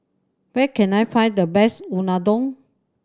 where can I find the best Unadon